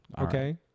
Okay